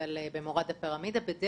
במורד הפירמידה הם היו מעורבים?